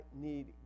need